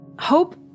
Hope